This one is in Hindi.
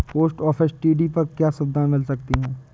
पोस्ट ऑफिस टी.डी पर क्या सुविधाएँ मिल सकती है?